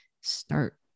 start